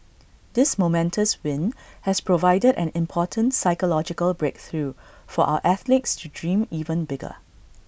this momentous win has provided an important psychological breakthrough for our athletes to dream even bigger